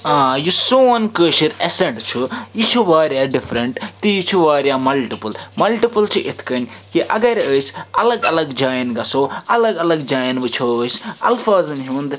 آ یُس سون کٲشُر ایٚسیٚنٛٹ چھُ یہِ چھُ واریاہ ڈِفریٚنٛٹ تہٕ یہِ چھُ واریاہ مَلٹِپٕل مَلٹِپٕل چھُ یِتھ کٔنۍ کہِ اگر أسۍ الگ الگ جایَن گژھو الگ الگ جایَن وُچھو أسۍ الفاظَن ہُنٛد